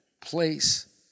place